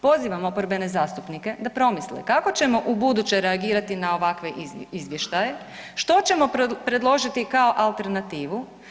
Pozivam oporbene zastupnike da promisle kako ćemo ubuduće reagirati na ovakve izvještaje, što ćemo predložiti kao alternativu.